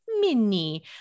mini